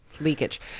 leakage